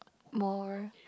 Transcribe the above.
more